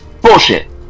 Bullshit